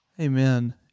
Amen